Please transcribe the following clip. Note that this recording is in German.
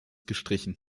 gestrichen